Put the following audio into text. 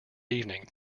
evening